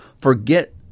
forget